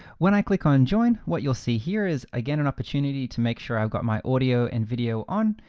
when i click on join, what you'll see here is again, an opportunity to make sure i've got my audio and video on.